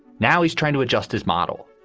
now he's trying to adjust his model,